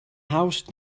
house